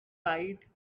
side